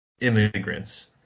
immigrants